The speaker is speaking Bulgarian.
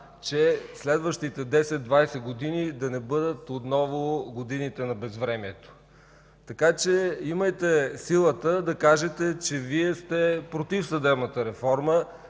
че следващите 10-20 години да не бъдат отново годините на безвремието. Така че имайте силата да кажете, че Вие сте против съдебната реформа,